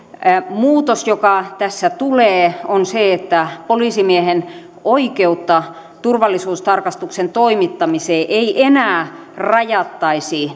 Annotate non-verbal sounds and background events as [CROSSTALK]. muutos joka tässä tulee on se että poliisimiehen oikeutta turvallisuustarkastuksen toimittamiseen ei enää rajattaisi [UNINTELLIGIBLE]